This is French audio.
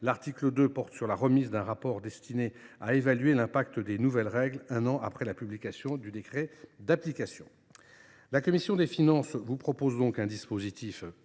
L’article 2 porte sur la remise d’un rapport destiné à évaluer l’impact des nouvelles règles un an après la publication du décret d’application. La commission des finances vous propose donc un dispositif